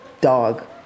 dog